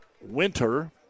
Winter